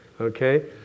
Okay